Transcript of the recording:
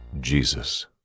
Jesus